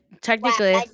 technically